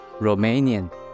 Romanian